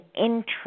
interest